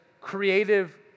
creative